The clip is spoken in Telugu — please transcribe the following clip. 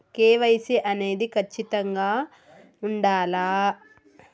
కే.వై.సీ అనేది ఖచ్చితంగా ఉండాలా?